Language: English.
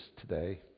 today